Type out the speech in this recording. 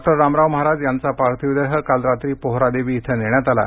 डॉ रामराव महाराज यांचा पार्थिव देह काल रात्री पोहरादेवी इथं नेण्यात आला